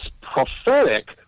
prophetic